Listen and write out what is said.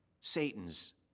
Satan's